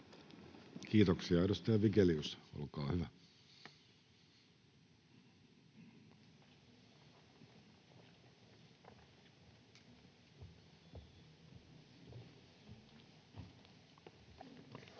Kiitoksia. — Edustaja Vigelius, olkaa hyvä.